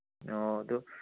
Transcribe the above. ꯑꯣ ꯑꯗꯨ